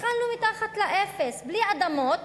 התחלנו מתחת לאפס, בלי אדמות,